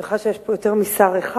אני שמחה שיש פה יותר משר אחד.